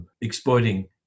exploiting